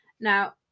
now